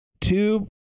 Two